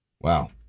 Wow